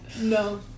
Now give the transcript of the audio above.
No